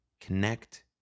Connect